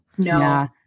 No